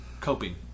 Coping